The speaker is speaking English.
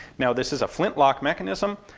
now this is a flintlock mechanism,